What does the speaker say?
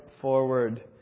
forward